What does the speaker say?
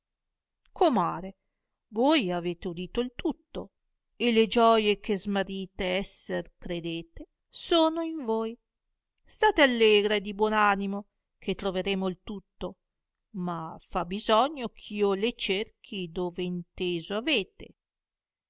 comare voi avete udito il tutto e le gioie che smarrite esser credete sono in voi state allegra e di buon animo che troveremo il tutto ma fa bisogno ch'io le cerchi dove inteso avete